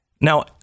Now